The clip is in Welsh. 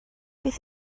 beth